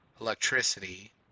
electricity